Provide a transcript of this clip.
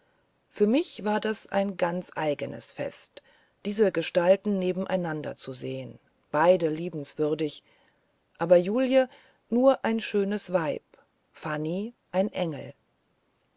für mich war das ein ganz eigenes fest diese gestalten neben einander zu sehen beide liebenswürdig aber julie nur ein schönes weib fanny ein engel